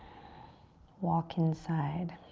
walk inside.